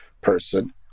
person